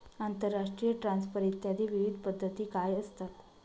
आंतरराष्ट्रीय ट्रान्सफर इत्यादी विविध पद्धती काय असतात?